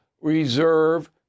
reserve